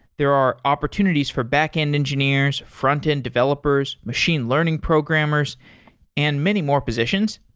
there are opportunities for backend engineers, frontend developers, machine learning programmers and many more positions.